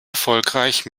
erfolgreich